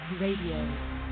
Radio